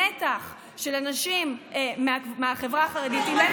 הנתח של אנשים מהחברה החרדית ילך